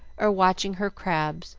or watching her crabs,